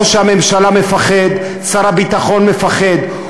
ראש הממשלה מפחד, שר הביטחון מפחד.